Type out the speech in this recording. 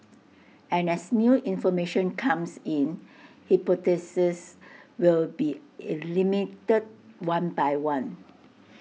and as new information comes in hypotheses will be one by one